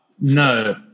no